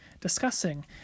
discussing